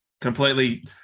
completely